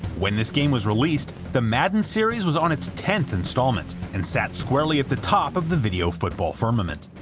when this game was released, the madden series was on its tenth installment and sat squarely at the top of the video football firmament.